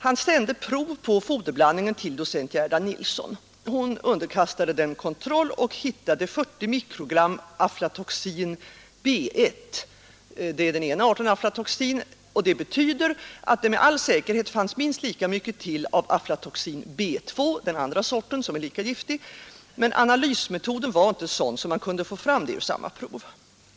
Han sände prov på foderblandningen till docent Gerda Nilsson. Hon underkastade dem kontroll och hittade 40 mikrogram aflatoxin B 1. Det betyder att det med all säkerhet fanns minst lika mycket aflatoxin B 2, den andra sorten, som är lika giftig, men analysmetoden var inte sådan att man kunde få fram det ur samma prov.